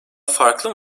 farklı